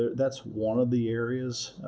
that's one of the areas.